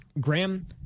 Graham